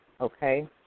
Okay